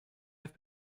have